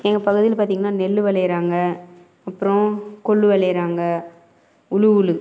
எங்கள்ப் பகுதியில் பார்த்தீங்கன்னா நெல்லு விளையிறாங்க அப்புறம் கொள்ளு விளையிறாங்க உளு உளு